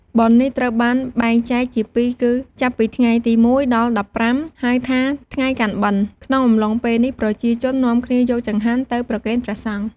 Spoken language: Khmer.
បុណ្យនេះត្រូវបានបែងចែកជា២គឺ ចាប់ពីថ្ងៃទី ១ ដល់ ១៥ ហៅថាថ្ងៃកាន់បិណ្ឌក្នុងអំឡុងពេលនេះប្រជាជននាំគ្នាយកចង្ហាន់ទៅប្រគេនព្រះសង្ឃ។